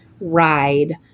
ride